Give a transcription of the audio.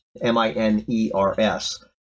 M-I-N-E-R-S